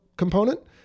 component